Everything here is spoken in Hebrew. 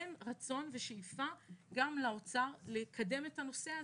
אין רצון ושאיפה גם לאוצר לקדם את הנושא הזה.